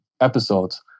episodes